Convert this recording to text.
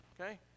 Okay